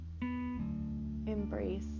Embrace